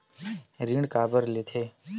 ऋण काबर लेथे?